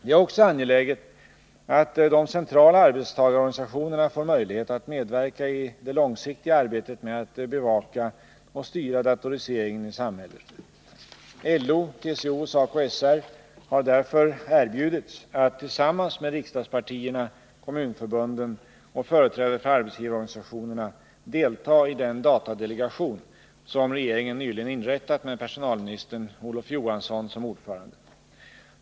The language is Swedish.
Det är också angeläget att de centrala arbetstagarorganisationerna får möjlighet att medverka i det långsiktiga arbetet med att bevaka och styra datoriseringen i samhället. LO, TCO och SACO/SR har därför erbjudits att — tillsammans med riksdagspartierna, kommunförbunden och företrädare för arbetsgivarorganisationerna — delta i den datadelegation som regeringen nyligen inrättat med personalministern, Olof Johansson, som ordförande.